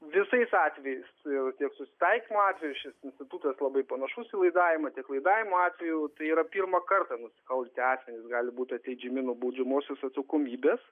visais atvejais jau tiek susitaikymo atvejais šis institutas labai panašus į laidavimą tiek laidavimo atveju tai yra pirmą kartą nusikaltę asmenys gali būti atleidžiami nuo baudžiamosios atsakomybės